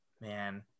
man